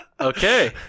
okay